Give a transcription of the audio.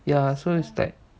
ya so it's like